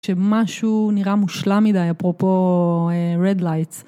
כשמשהו נראה מושלם מדי, אפרופו רד לייטס.